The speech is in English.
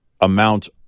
amount